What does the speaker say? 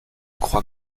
croix